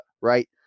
right